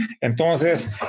Entonces